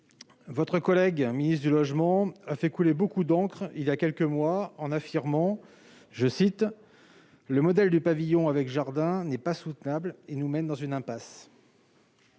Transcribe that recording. votre collègue chargée du logement a fait couler beaucoup d'encre il y a quelques mois en affirmant :« Le modèle du pavillon avec jardin n'est pas soutenable et nous mène dans une impasse. »